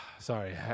Sorry